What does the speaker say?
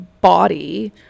body